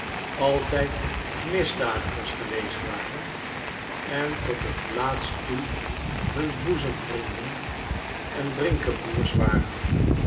altijd misdadigers geweest waren en tot het laatst toe hun boezemvrienden en drinkeboers waren